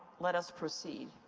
let us proceed.